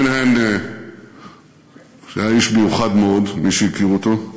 מויניהאן, שהיה איש מיוחד מאוד, למי שהכיר אותו,